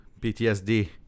PTSD